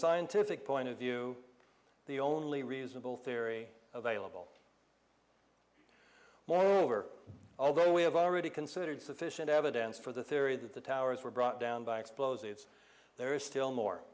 scientific point of view the only reasonable theory available moreover although we have already considered sufficient evidence for the theory that the towers were brought down by explosives there is still more